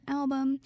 album